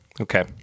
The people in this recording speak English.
Okay